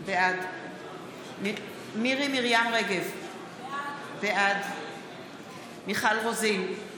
בעד מירי מרים רגב, בעד מיכל רוזין,